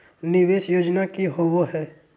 निवेस योजना की होवे है?